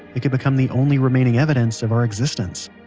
it could become the only remaining evidence of our existence.